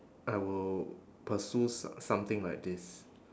I will pursue s~ something like this